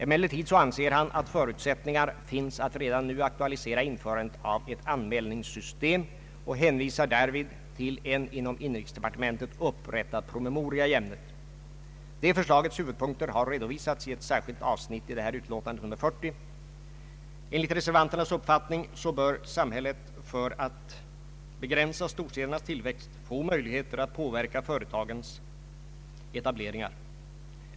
Emellertid anser han att förutsättningar finns att redan nu aktualisera införandet av ett anmälningssystem och hänvisar därvid till en inom inrikesdepartementet upprättad promemoria i ämnet. Det förslagets huvudpunkter har redovisats i ett särskilt avsnitt i bankoutskottets utlåtande nr 40. Enligt reservanternas uppfattning bör samhället för att begränsa storstädernas tillväxt få möjligheter att påverka företagens etableringar.